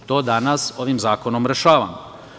To danas ovim zakonom rešavamo.